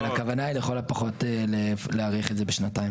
אבל, הכוונה היא לכל הפחות להאריך את זה בשנתיים.